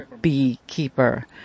beekeeper